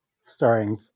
starring